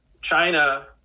China